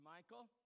Michael